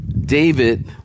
David